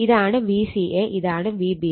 ഇതാണ് Vca ഇതാണ് Vbc